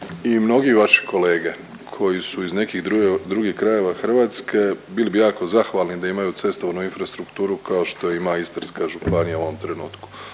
i mnogi vaši kolege koji su iz nekih drugih krajeva Hrvatske bili bi jako zahvalni da imaju cestovnu infrastrukturu kao što ima Istarska županija u ovom trenutku.